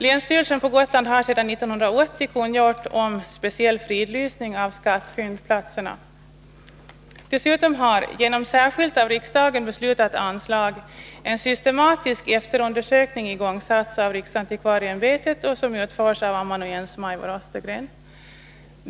Länsstyrelsen på Gotland har sedan 1980 kungjort en speciell fridlysning av skattfyndplatserna. Dessutom har, genom särskilt av riksdagen beslutat anslag, en systematisk efterundersökning igångsatts av riksantikvarieämbetet. Den utförs av amanuens Majvor Östergren.